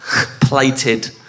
plated